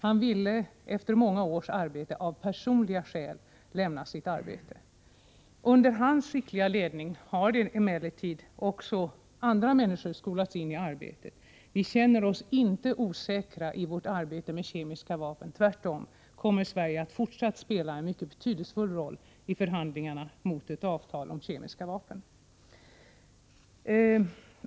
Han ville efter många års arbete av personliga skäl lämna sitt uppdrag. Under hans skickliga ledning har emellertid också andra människor skolats in i arbetet. Vi känner oss inte osäkra i vårt arbete när det gäller kemiska vapen. Tvärtom kommer Sverige att fortsatt spela en mycket betydelsefull roll i förhandlingarna mot ett avtal om kemiska vapen.